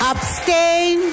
Abstain